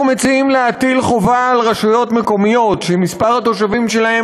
אנחנו מציעים להטיל חובה על רשויות מקומיות שמספר התושבים שלהן